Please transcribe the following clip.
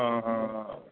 ఆహ